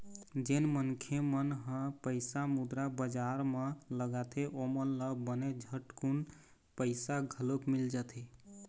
जेन मनखे मन ह पइसा मुद्रा बजार म लगाथे ओमन ल बने झटकून पइसा घलोक मिल जाथे